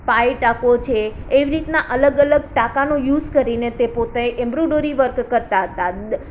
પાય ટાંકો છે એવી રીતના અલગ અલગ ટાંકાનો યુસ કરીને તે પોતે એમરુંડરી વર્ક કરતાં હતાં